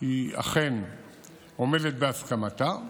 אכן עומדת בהסכמתה,